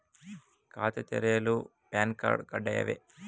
ಖಾತೆ ತೆರೆಯಲು PAN card ಕಡ್ಡಾಯವೇ?